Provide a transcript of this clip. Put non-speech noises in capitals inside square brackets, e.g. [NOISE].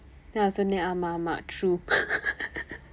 then நான் சொன்னேன் ஆமாம் ஆமாம்:naan sonneen aamaam aamaam true [LAUGHS]